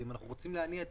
אם אנחנו רוצים להניע את